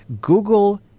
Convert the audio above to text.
Google